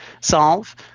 solve